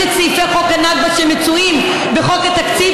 בשם שרת המשפטים,